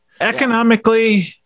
Economically